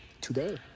today